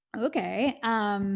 Okay